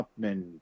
Upman